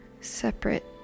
Separate